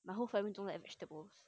my whole family don't like vegetables